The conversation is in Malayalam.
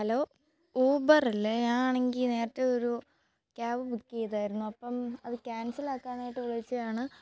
ഹലോ ഊബര് അല്ലേ ഞാനാണെങ്കില് നേരത്തെ ഒരു ക്യാബ് ബുക്ക് ചെയ്താരുന്നു അപ്പോള് അത് ക്യാൻസൽ ആക്കാനായിട്ട് വിളിച്ചതാണ്